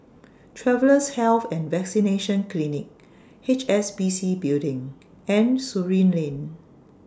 Travellers' Health and Vaccination Clinic H S B C Building and Surin Lane